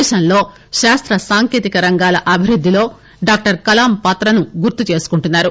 దేశంలో శాస్త సాంకేతిక రంగాల అభివృద్దిలో డాక్టర్ కలాం పాత్రను గుర్తు చేసుకుంటున్నారు